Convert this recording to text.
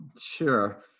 Sure